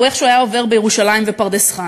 איכשהו הוא היה עובר בירושלים ובפרדס-חנה.